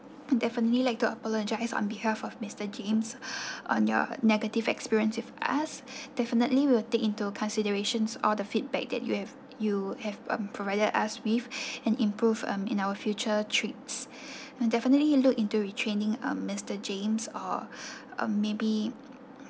definitely like to apologise on behalf of mister james on your negative experience with us definitely will take into considerations all the feedback that you have you have um provided us with and improved um in our future trips and definitely look into retraining um mister james or um maybe